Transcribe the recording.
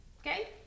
Okay